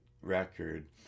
record